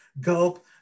gulp